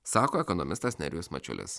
sako ekonomistas nerijus mačiulis